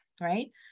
right